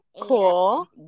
cool